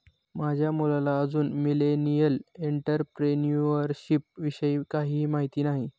माझ्या मुलाला अजून मिलेनियल एंटरप्रेन्युअरशिप विषयी काहीही माहित नाही